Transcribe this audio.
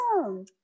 awesome